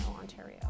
Ontario